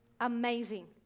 Amazing